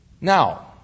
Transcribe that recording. Now